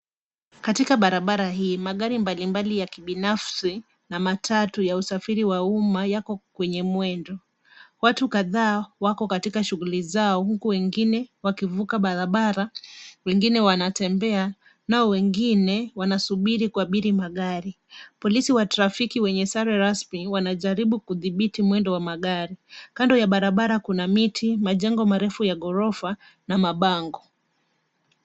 Katika barabara hii magari mbalimbali ya kibinafsi, na matatu ya usafiri wa umma yako kwenye mwendo. Watu kadhaa wako katika shughuli zao huku wengine wakivuka barabara. Wengine wanatembea nao wengine wanasubiri kuabiri magari. Polisi wa trafiki wenye sare rasmi wanajaribu kudhibiti mwendo wa magari. Kando ya barabara kuna miti, majengo marefu ya ghorofa na mabango.